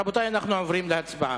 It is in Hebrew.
רבותי, אנחנו עוברים להצבעה.